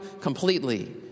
completely